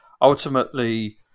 Ultimately